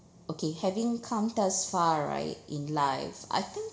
okay having come thus far right in life I think